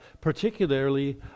particularly